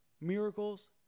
Miracles